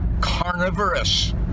carnivorous